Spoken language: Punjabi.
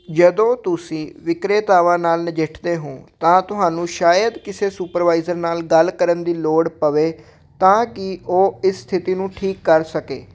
ਜਦੋਂ ਤੁਸੀਂ ਵਿਕਰੇਤਾਵਾਂ ਨਾਲ ਨਜਿੱਠਦੇ ਹੋ ਤਾਂ ਤੁਹਾਨੂੰ ਸ਼ਾਇਦ ਕਿਸੇ ਸੁਪਰਵਾਈਜ਼ਰ ਨਾਲ ਗੱਲ ਕਰਨ ਦੀ ਲੋੜ ਪਵੇ ਤਾਂ ਕਿ ਉਹ ਇਸ ਸਥਿਤੀ ਨੂੰ ਠੀਕ ਕਰ ਸਕੇ